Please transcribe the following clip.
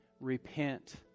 repent